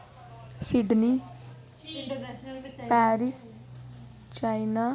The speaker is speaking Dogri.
Sydney Paris China